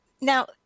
Now